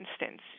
instance